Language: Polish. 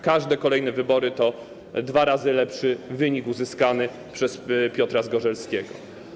Każde kolejne wybory to dwa razy lepszy wynik uzyskany przez Piotra Zgorzelskiego.